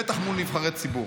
בטח מול נבחרי ציבור.